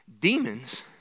Demons